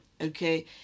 okay